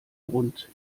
grund